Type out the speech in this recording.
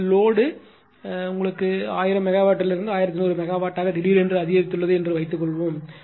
உங்கள் லோடுதேவை 1000 மெகாவாட்டிலிருந்து 1100 மெகாவாட்டாக திடீரென்று அதிகரித்துள்ளது என்று வைத்துக்கொள்வோம்